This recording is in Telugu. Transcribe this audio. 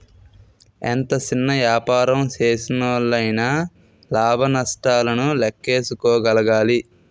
ఎంత సిన్న యాపారం సేసినోల్లయినా లాభ నష్టాలను లేక్కేసుకోగలగాలి